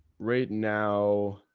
right now,